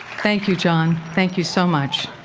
thank you, john. thank you so much.